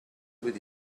with